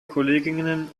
kolleginnen